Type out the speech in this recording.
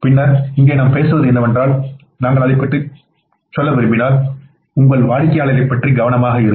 பின்னர் இங்கே நாம் பேசுவது என்னவென்றால் நாங்கள் அதைப் பற்றி பேச வேண்டும் அதாவது நீங்கள் விரும்பினால் உங்கள் வாடிக்கையாளரைப் பற்றி கவனமாக இருங்கள்